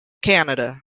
canada